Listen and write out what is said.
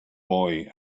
boy